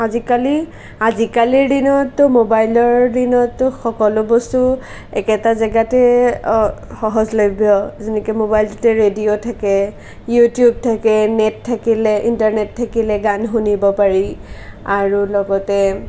আজিকালি আজিকালিৰ দিনততো মোবাইলৰ দিনততো সকলো বস্তু একেটা জেগাতে অ সহজলভ্য যেনেকৈ মোবাইলটোতে ৰেডিঅ' থাকে ইউটিউব থাকে নেট থাকিলে ইণ্টাৰনেট থাকিলে গান শুনিব পাৰি আৰু লগতে